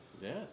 Yes